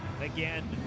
Again